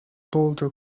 boulder